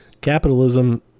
capitalism